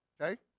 okay